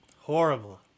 Horrible